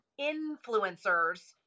influencers